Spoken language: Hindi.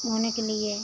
बोने के लिए